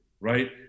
Right